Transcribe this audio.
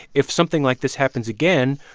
if something like this happens again,